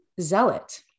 zealot